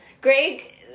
Greg